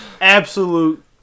Absolute